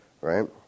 right